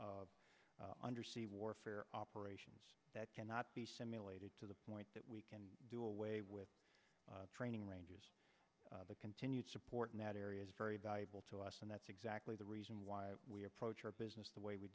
of undersea warfare operations that cannot be simulated to the point that we can do away with the training ranges the continued support in that area is very valuable to us and that's exactly the reason why we approach our business the way we